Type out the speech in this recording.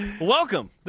Welcome